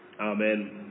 Amen